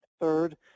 Third